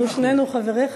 אנחנו שנינו חבריך.